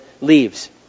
leaves